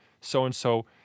so-and-so